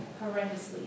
Horrendously